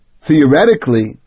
theoretically